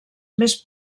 més